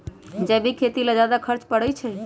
जैविक खेती ला ज्यादा खर्च पड़छई?